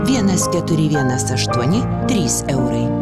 vienas keturi vienas aštuoni trys eurai